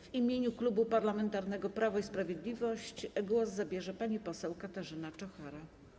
W imieniu Klubu Parlamentarnego Prawo i Sprawiedliwość głos zabierze pani poseł Katarzyna Czochara.